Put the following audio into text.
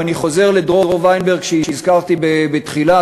אם אני חוזר לדרור וינברג שהזכרתי בתחילה.